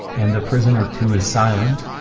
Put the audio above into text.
and the prisoner too is silent?